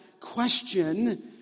question